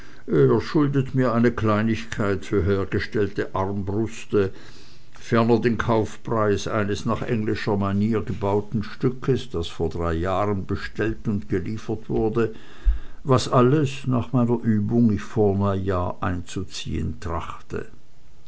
schuldet mir eine kleinigkeit für hergestellte armbruste ferner den kaufpreis eines nach englischer manier gebauten stückes das vor drei jahren bestellt und geliefert wurde was alles nach meiner übung ich vor neujahr einzuziehen trachte